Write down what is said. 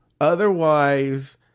Otherwise